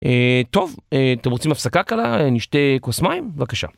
טוב אתם רוצים הפסקה קלה נשתה כוס מים בבקשה.